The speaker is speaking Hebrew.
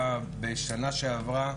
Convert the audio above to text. בשנה שעברה,